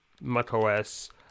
macOS